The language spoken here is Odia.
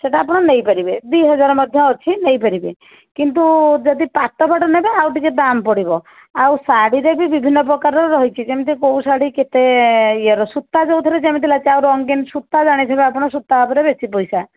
ସେଟା ଆପଣ ନେଇପାରିବେ ଦୁଇ ହଜାର ମଧ୍ୟ ଅଛି ନେଇପାରିବେ କିନ୍ତୁ ଯଦି ପାଟଫାଟ ନେବେ ଆଉ ଟିକିଏ ଦାମ୍ ପଡ଼ିବ ଆଉ ଶାଢ଼ୀରେ ବି ବିଭନ୍ନ ପ୍ରକାରର ରହିଛି ଯେମିତି କୋଉ ଶାଢ଼ୀ କେତେ ଇଏ ର ସୂତା ଯୋଉଥିରେ ଯେମିତି ଲାଗିଛି ଆଉ ରଙ୍ଗୀନ୍ ସୂତା ଜାଣିଥିବେ ଆପଣ ସୂତା ଉପରେ ବେଶୀ ପଇସା